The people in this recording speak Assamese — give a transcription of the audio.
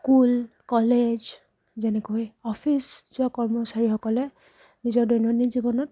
স্কুল কলেজ যেনেকৈ অফিচ যোৱা কৰ্মচাৰীসকলে নিজৰ দৈনন্দিন জীৱনত